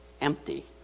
empty